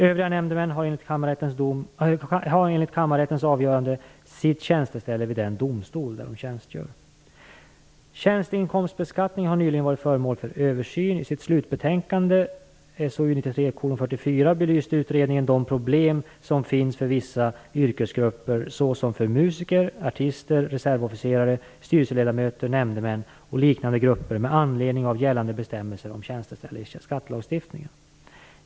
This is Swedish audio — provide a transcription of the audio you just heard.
Övriga nämndemän har enligt kammarrättens avgörande sitt tjänsteställe vid den domstol där de tjänstgör. Tjänsteinkomstbeskattningen har nyligen varit föremål för översyn. I sitt slutbetänkande belyste utredningen de problem som finns för vissa yrkesgrupper såsom för musiker, artister, reservofficerare, styrelseledamöter, nämndemän och liknande grupper med anledning av gällande bestämmelser om tjänsteställe i skattelagstiftningen.